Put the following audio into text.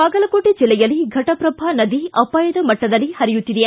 ಬಾಗಲಕೋಟೆ ಜಿಲ್ಲೆಯಲ್ಲಿ ಘಟಪ್ರಭಾ ನದಿ ಅಪಾಯದ ಮಟ್ಟದಲ್ಲಿ ಪರಿಯುತ್ತಿದೆ